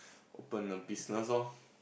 open a business loh